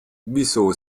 wieso